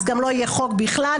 גם לא יהיה חוק בכלל,